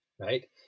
Right